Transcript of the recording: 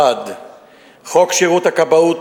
1. חוק שירות הכבאות,